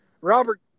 Robert